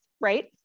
right